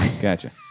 gotcha